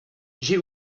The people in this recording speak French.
j’ai